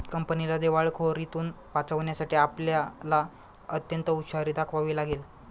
कंपनीला दिवाळखोरीतुन वाचवण्यासाठी आपल्याला अत्यंत हुशारी दाखवावी लागेल